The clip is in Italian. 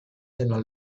della